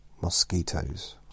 Mosquitoes